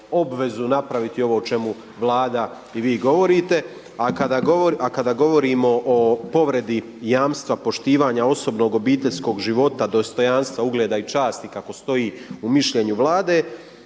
obvezu napraviti ovo o čemu Vlada i vi govorite. A kada govorimo o povredi jamstva poštivanja osobnog, obiteljskog života, dostojanstva, ugleda i časti kako stoji u mišljenju Vlade,